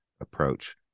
approach